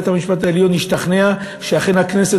בית-המשפט העליון השתכנע שאכן הכנסת